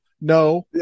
No